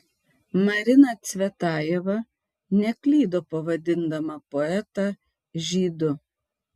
marina cvetajeva neklydo pavadindama poetą žydu